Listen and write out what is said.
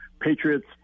Patriots